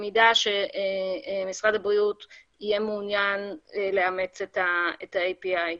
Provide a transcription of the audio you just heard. במידה שמשרד הבריאות יהיה מעוניין לאמץ את ה-API.